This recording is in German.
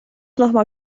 nochmal